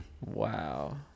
Wow